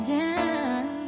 down